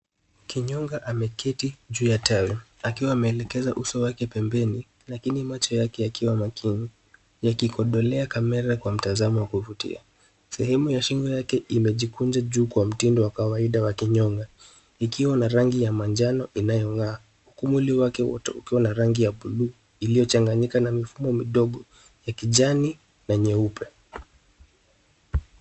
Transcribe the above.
Kinyonga ameketi juu ya tawi akiwa ameelekeza uso wake pembeni, lakini macho yake yakiwa makini; yakikodolea kamera kwa mtazamo wa kuvutia. Sehemu ya shingo yake imejikunja juu kwa mtindo wa kawaida wa kinyonga, ikiwa na rangi ya manjano inayong'aa huku mwili wake wote ukiwa na rangi ya bluu iliyochanganyika na mifumo midogo ya kijani na nyeupe.